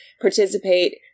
participate